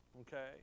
Okay